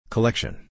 Collection